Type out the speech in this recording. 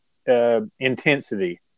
Intensity